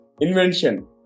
Invention